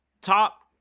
top